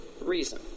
reason